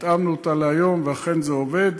התאמנו אותה להיום ואכן זה עובד.